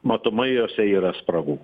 matomai jose yra spragų